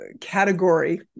category